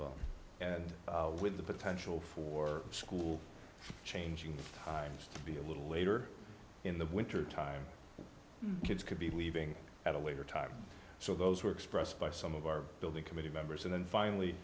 well and with the potential for school changing times to be a little later in the winter time kids could be leaving at a later time so those were expressed by some of our building committee members and then finally